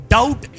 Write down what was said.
Doubt